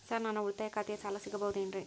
Sir ನನ್ನ ಉಳಿತಾಯ ಖಾತೆಯ ಸಾಲ ಸಿಗಬಹುದೇನ್ರಿ?